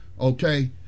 Okay